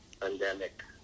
pandemic